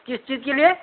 किस चीज के लिए